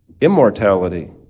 immortality